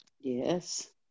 Yes